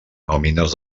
nòmines